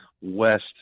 West